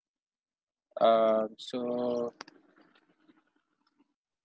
um so